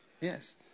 Yes